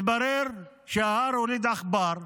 מתברר שההר הוליד עכבר.